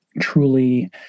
truly